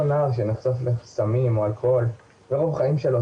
אותו נער שנחשף לסמים או לאלכוהול ורוב החיים שלו